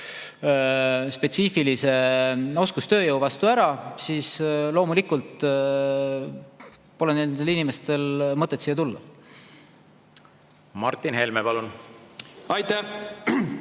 spetsiifilise oskustööjõu vajadus ära, siis loomulikult pole nendel inimestel mõtet siia tulla. Martin Helme, palun! Aitäh!